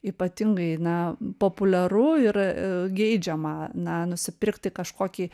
ypatingai na populiaru ir geidžiama na nusipirkti kažkokį